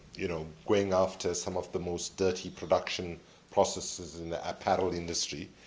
you know going off to some of the most dirty production processes in the apparel industry.